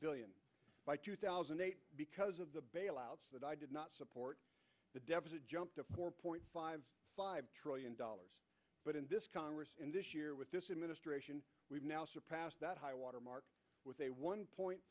billion by two thousand and eight because of the bailout that i did not support the deficit jump to four point five trillion dollars but in this congress this year with this administration we've now surpassed that high watermark with a one point